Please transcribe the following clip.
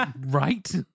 Right